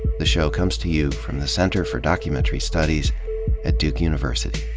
the show comes to you from the center for documentary studies at duke university